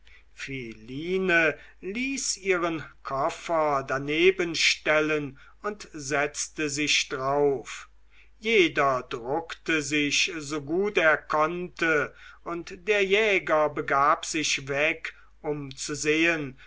ließ ihren koffer danebenstellen und setzte sich drauf jeder druckte sich so gut er konnte und der jäger begab sich weg um zu sehen